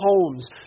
homes